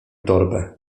torbę